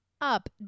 up